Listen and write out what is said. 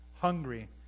hungry